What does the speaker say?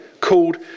called